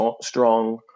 strong